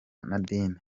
nadine